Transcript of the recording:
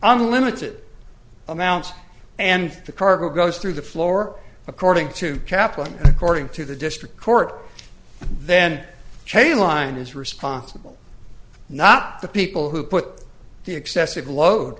unlimited amounts and the cargo goes through the floor according to kaplan according to the district court then chainline is responsible not the people who put the excessive load